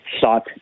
sought